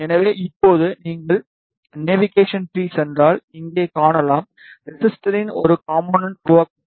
எனவே இப்போது நீங்கள் நேவிகேஷன் ட்ரீக்குச் சென்றால் இங்கே காணலாம் ரெசிஸ்டரின் ஒரு காம்போனென்ட் உருவாக்கப்பட்டுள்ளது